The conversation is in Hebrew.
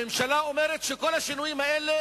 הממשלה אומרת שכל השינויים האלה